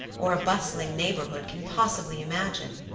or a bustling neighborhood can possibly imagine.